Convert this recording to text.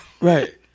Right